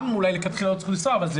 הוא גם לא צריך לנסוע בתחבורה ציבורית.